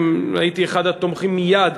והייתי אחד התומכים מייד,